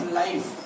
life